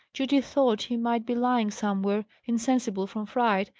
judy thought he might be lying somewhere, insensible from fright,